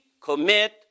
commit